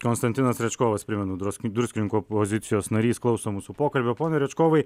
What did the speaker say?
konstantinas rečkovas primenu druski druskininkų opozicijos narys klauso mūsų pokalbio pone rečkovai